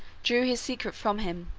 drew his secret from him,